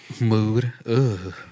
Mood